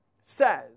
says